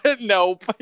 Nope